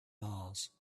mars